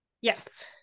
Yes